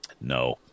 No